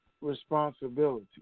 responsibility